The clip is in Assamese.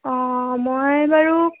অঁ মই বাৰু